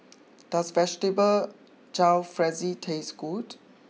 does Vegetable Jalfrezi taste good